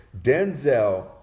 Denzel